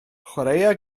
chwaraea